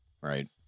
right